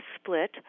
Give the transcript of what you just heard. split